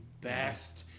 best